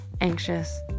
anxious